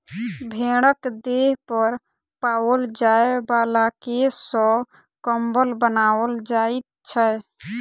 भेंड़क देह पर पाओल जाय बला केश सॅ कम्बल बनाओल जाइत छै